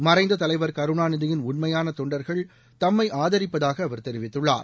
மறைந்த தலைவர் கருணாநிதியின் உண்மையான தொண்டர்கள் தம்மை ஆதரிப்பதாக அவர் தெரிவித்துள்ளார்